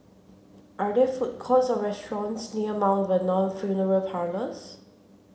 are there food courts or restaurants near Vernon Funeral Parlours